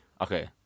Okay